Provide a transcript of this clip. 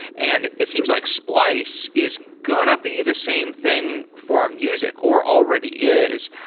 and it seems like splice is going to be the same thing for music, or already is.